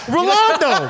Rolando